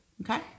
Okay